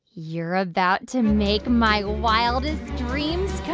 you're about to make my wildest dreams